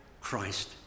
Christ